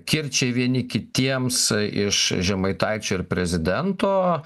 kirčiai vieni kitiems iš žemaitaičio ir prezidento